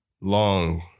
Long